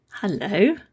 Hello